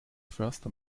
förster